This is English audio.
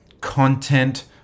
content